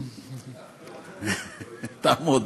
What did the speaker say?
אני אעמוד.